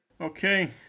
Okay